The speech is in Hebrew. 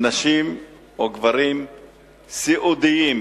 נשים או גברים סיעודיים